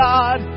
God